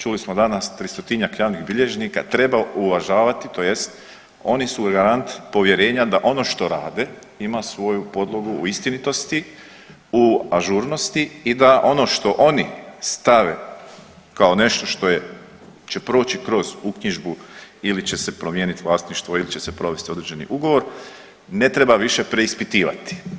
Čuli smo danas 300-njak javnih bilježnika treba uvažavati tj. oni su garant povjerenja da ono što rade ima svoju podlogu u istinitosti, u ažurnosti i da ono što oni stave kao nešto što će proći kroz uknjižbu ili će se promijeniti vlasništvo ili će se provesti određeni ugovor, ne treba više preispitivati.